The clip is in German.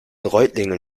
reutlingen